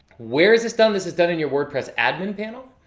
where is this done? this is done in your wordpress admin panel.